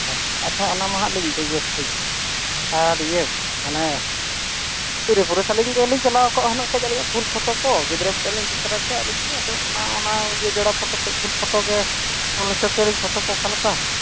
ᱟᱪᱪᱷᱟ ᱟᱪᱪᱷᱟ ᱚᱱᱟ ᱢᱟᱦᱟᱜᱞᱤᱧ ᱤᱫᱤᱭᱜᱮ ᱴᱷᱤᱠᱜᱮᱭᱟ ᱟᱨ ᱤᱭᱟᱹ ᱜᱳ ᱢᱟᱱᱮ ᱛᱤᱨᱤᱼᱯᱩᱨᱩᱥ ᱟᱹᱞᱤᱧᱜᱮᱞᱤᱧ ᱪᱟᱞᱟᱣᱠᱚᱜᱼᱟ ᱦᱩᱱᱟᱹᱝ ᱟᱹᱞᱤᱧᱟᱜ ᱯᱷᱩᱞ ᱯᱷᱚᱴᱳᱠᱚ ᱜᱤᱫᱽᱨᱟᱹᱼᱯᱤᱫᱟᱹᱨᱞᱤᱧ ᱤᱫᱤᱛᱚᱨᱟ ᱠᱮᱭᱟ ᱟᱫᱚ ᱚᱱᱟ ᱚᱱᱟ ᱡᱳᱲᱟ ᱯᱷᱚᱴᱳ ᱠᱷᱚᱱ ᱯᱷᱩᱞ ᱯᱷᱚᱴᱳᱜᱮ ᱛᱚᱞ ᱦᱚᱪᱚᱠᱮᱭᱟᱞᱤᱧ ᱯᱷᱚᱴᱳᱠᱚ ᱚᱠᱟᱞᱮᱠᱟ